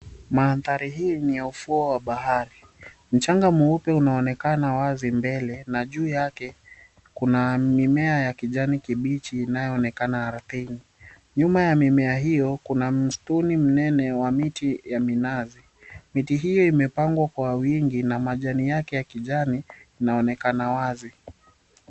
Maandhari hii ni ya ufuo wa bahari mchanga mweupe unaonekana wazi mbele na juu yake kuna mimea ya kijani kibichi inayoonekana ardhini. Nyuma ya mimea hiyo kuna msituni mnene wa miti ya minazi. Miti hio imepangwa kwa wingi na majani yake ya kijani inaonekana wazi.